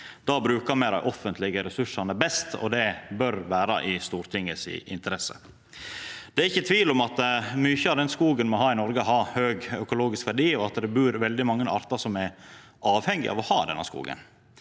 Då brukar me dei offentlege ressursane best, og det bør vera i Stortinget si interesse. Det er ikkje tvil om at mykje av den skogen me har i Noreg, har høg økologisk verdi, og at det bur veldig mange artar som er avhengige av denne skogen.